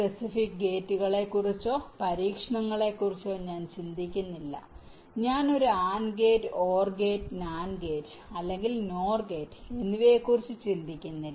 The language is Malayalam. സ്പെസിഫിക് ഗേറ്റുകളെക്കുറിച്ചോ ഫങ്ക്ഷണനുകളെക്കുറിച്ചോ ഞാൻ ചിന്തിക്കുന്നില്ല ഞാൻ ഒരു AND gate OR gate NAND gate അല്ലെങ്കിൽ NOR ഗേറ്റ് എന്നിവയെക്കുറിച്ച് ചിന്തിക്കുന്നില്ല